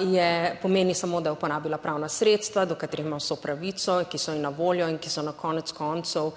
je, pomeni samo, da je uporabila pravna sredstva, do katerih ima vso pravico, ki so ji na voljo in ki so na konec koncev